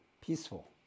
peaceful